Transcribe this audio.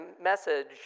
message